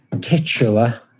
Titular